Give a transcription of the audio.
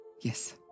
Yes